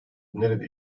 nerede